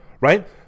right